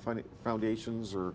fine foundations or